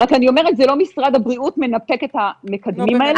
רק אני אומרת זה לא משרד הבריאות מנפק את המקדמים האלה,